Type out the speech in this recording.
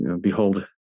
Behold